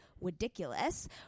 Ridiculous